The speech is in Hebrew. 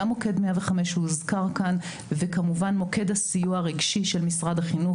גם מוקד 105 שהוזכר כאן וכמובן מוקד סיוע רגשי של משרד החינוך.